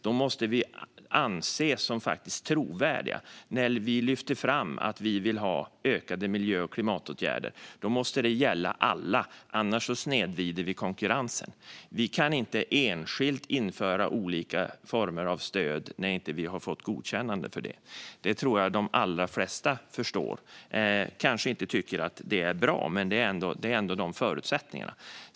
Då måste vi anses trovärdiga. När vi lyfter fram att vi vill ha ökade miljö och klimatåtgärder måste det gälla alla, annars snedvrider vi konkurrensen. Vi kan inte enskilt införa olika former av stöd när vi inte har fått godkännande för det. Det tror jag att de allra flesta förstår. Man kanske inte tycker att det är bra, men det är ändå förutsättningarna.